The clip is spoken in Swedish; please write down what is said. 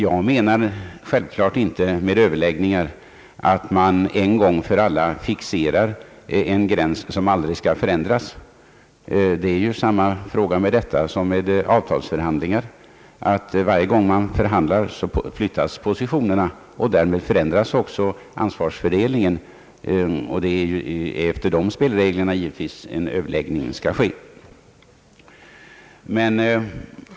Jag menar självklart inte med överläggningar att man en gång för alla fixerar en gräns som inte kan förändras. Det är ju samma förhållande här som med avtalsförhandlingar: varje gång man förhandlar flyttas positionerna och därmed ändras även ansvarsfördelningen. Givetvis är det efter de spelreglerna en överläggning skall ske.